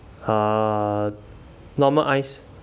uh normal ice